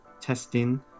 testing